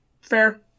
Fair